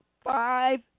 five